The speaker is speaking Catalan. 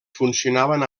funcionaven